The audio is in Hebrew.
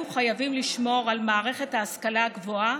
חייבים לשמור על מערכת ההשכלה הגבוהה,